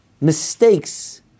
Mistakes